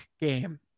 game